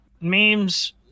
memes